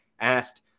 asked